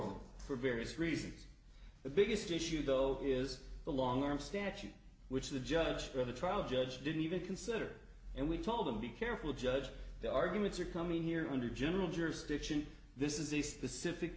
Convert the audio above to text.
l for various reasons the biggest issue though is the long arm statute which the judge for the trial judge didn't even consider and we told him be careful judge the arguments are coming here under general jurisdiction this is a specific